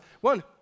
one